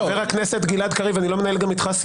חבר הכנסת גלעד קריב, גם איתך אני לא מנהל שיח.